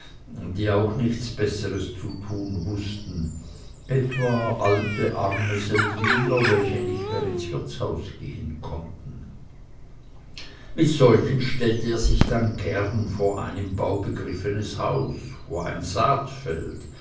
die auch nichts besseres zu tun wußten etwa alte arme seldwyler welche nicht mehr ins wirtshaus gehen konnten mit solchen stellte er sich dann gern vor ein im bau begriffenes haus vor ein